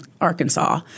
Arkansas